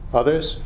others